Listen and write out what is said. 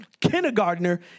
kindergartner